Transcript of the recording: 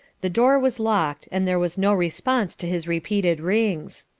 the door was locked, and there was no response to his repeated rings.